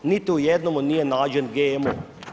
Niti u jednomu nije nađen GMO.